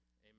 Amen